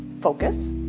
Focus